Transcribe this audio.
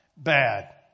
Bad